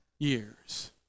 years